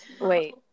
Wait